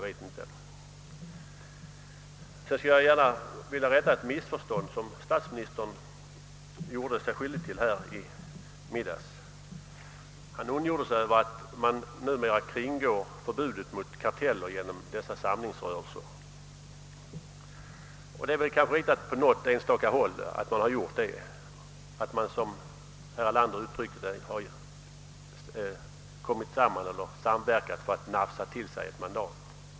Sedan skulle jag gärna vilja rätta till ett misstag som statsministern gjorde sig skyldig till här i middags. Han ondgjorde sig över att man numera kringgår förbudet mot karteller genom dessa samlingsrörelser. Det är kanske riktigt att man på enstaka håll gjort det, där man, som herr Erlander uttryckte det, samverkat för att nafsa till sig ett mandat.